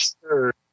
sure